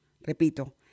Repito